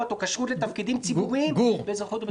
או כשרות לתפקידים ציבוריים באזרחות או בתושבות.